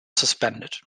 suspended